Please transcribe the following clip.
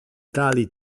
tali